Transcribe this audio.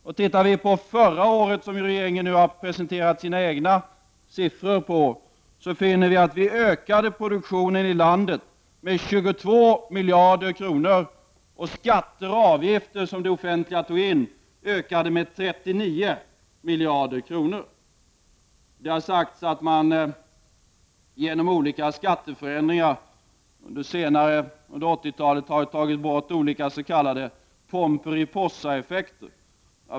Om man ser på förra året, som regeringen beräknar sina egna siffror på, finner vi att produktionen i landet ökades med 22 miljarder kronor medan skatter och avgifter som det offentliga drog in ökade med 39 miljarder kronor. Det har sagts att man genom olika skatteförändringar under 80-talet har tagit bort olika s.k. Pomperipossaeffekter.